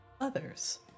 others